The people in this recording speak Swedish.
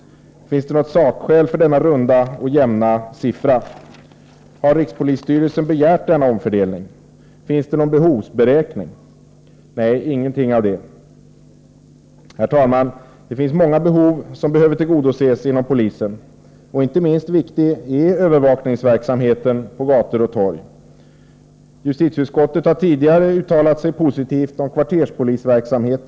Finns det något sakskäl för denna runda och jämna siffra? Har rikspolisstyrelsen begärt en omfördelning? Finns det någon behovsberäkning? Nej, ingenting av detta. Det finns många behov som behöver tillgodoses inom polisen. Inte minst viktig är övervakningsverksamheten på gator och torg. Justitieutskottet har tidigare uttalat sig positivt om kvarterspolisverksamhet.